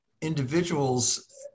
individuals